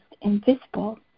invisible